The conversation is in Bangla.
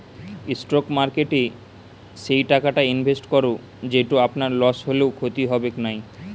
স্টক মার্কেটে সেই টাকাটা ইনভেস্ট করো যেটো আপনার লস হলেও ক্ষতি হবেক নাই